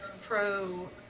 pro